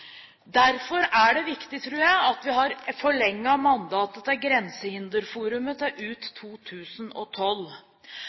Derfor er det viktig, tror jeg, at vi har forlenget mandatet til Grensehinderforumet til ut